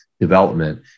development